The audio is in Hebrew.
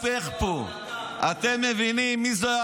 שבו ביקש הבהרות משב"ס על תנאי כליאתם של אסירים ביטחוניים בישראל,